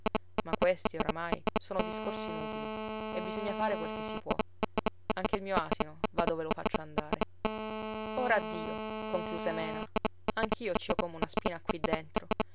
ma questi oramai sono discorsi inutili e bisogna fare quel che si può anche il mio asino va dove lo faccio andare ora addio concluse mena anch'io ci ho come una spina qui dentro